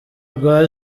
rwa